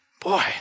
Boy